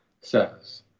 says